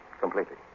Completely